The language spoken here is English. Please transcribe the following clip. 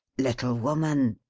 little woman!